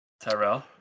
Tyrell